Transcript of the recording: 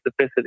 specificity